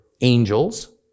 angels